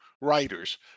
writers